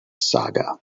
saga